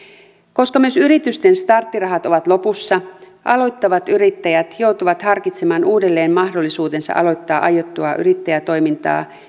koska myös yritysten starttirahat ovat lopussa aloittavat yrittäjät joutuvat harkitsemaan uudelleen mahdollisuutensa aloittaa aiottua yrittäjätoimintaa